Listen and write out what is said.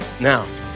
now